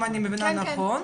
אם אני מבינה נכון,